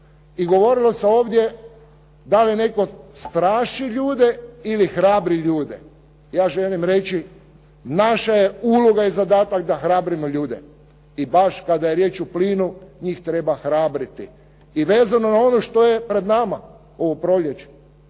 i govorilo se ovdje da li netko straši ljude ili hrabri ljude. Ja želim reći naša je uloga i zadatak da hrabrimo ljude i baš kada je riječ o plinu njih treba hrabriti. I vezano na ono što je pred nama ovo proljeće